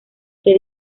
que